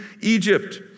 Egypt